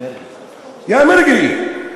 יא מרגי,